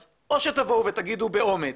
אז או שתבואו ותגידו באומץ,